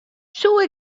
soe